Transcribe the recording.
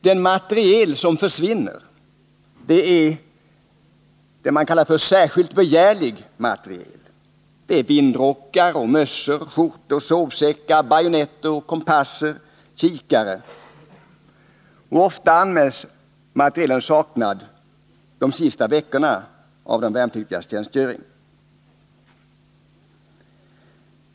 Den materiel som försvinner är ”särskilt begärlig” materiel, t.ex. vindrockar, mössor, skjortor, sovsäckar, bajonetter, kompasser och kikare. Materielen anmäls ofta saknad under de sista veckorna av de värnpliktigas tjänstgöring.